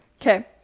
Okay